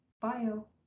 bio